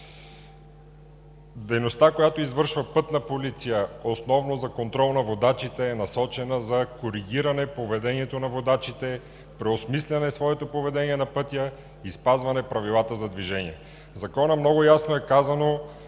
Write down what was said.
Дейността, която извършва „Пътна полиция“, основно за контрол на водачите е насочена за коригиране поведението на водачите, преосмисляне на поведението им на пътя и спазване на правилата за движение. В Закона много ясно е казано,